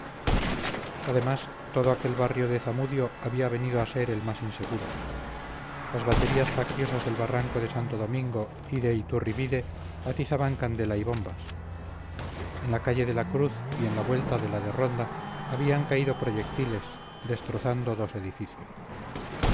además todo aquel barrio de zamudio había venido a ser el más inseguro las baterías facciosas del barranco de santo domingo y de iturribide atizaban candela y bombas en la calle de la cruz y en la vuelta de la de la ronda habían caído proyectiles destrozando dos edificios